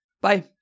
Bye